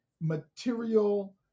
material